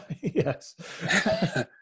Yes